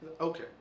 Okay